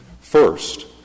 First